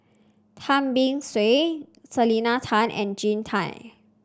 Tan Beng Swee Selena Tan and Jean Tay